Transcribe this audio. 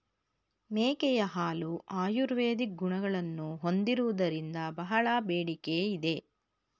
ಮೇಕೆಯ ಹಾಲು ಆಯುರ್ವೇದಿಕ್ ಗುಣಗಳನ್ನು ಹೊಂದಿರುವುದರಿಂದ ಬಹಳ ಬೇಡಿಕೆ ಇದೆ